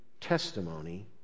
testimony